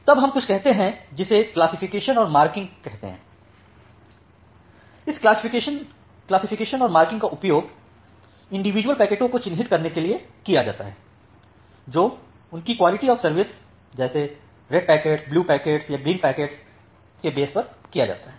तब हम कुछ करते हैं जिसे क्लासिफिकेशन और मार्किंग कहते हैं इस क्लासिफिकेशन और मार्किंग का उपयोग इंडिविजुअल पैकेटों को चिह्नित करने के लिए किया जाता है जो उनकी क्वालिटी ऑफ़ सर्विस क्लासेस जैसे रेड पैकेट्स ब्लू पैकेट्स या ग्रीन पैकेट्स के बेस पर किया जाता है